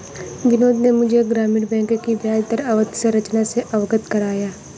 बिनोद ने मुझे ग्रामीण बैंक की ब्याजदर अवधि संरचना से अवगत कराया